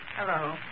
Hello